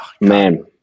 Man